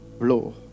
blow